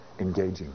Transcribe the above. engaging